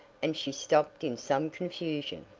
and she stopped in some confusion.